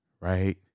right